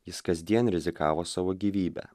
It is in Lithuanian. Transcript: jis kasdien rizikavo savo gyvybe